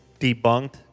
debunked